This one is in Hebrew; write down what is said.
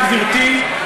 גברתי,